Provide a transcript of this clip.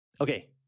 okay